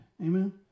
Amen